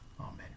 amen